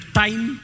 time